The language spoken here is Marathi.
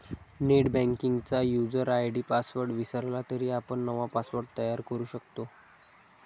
नेटबँकिंगचा युजर आय.डी पासवर्ड विसरला तरी आपण नवा पासवर्ड तयार करू शकतो